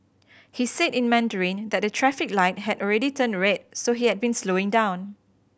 he said in Mandarin that the traffic light had already turned red so he had been slowing down